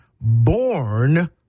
born